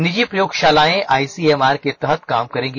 निजी प्रयोगशालाएं आईसीएमआर के तहत काम करेंगी